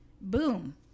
boom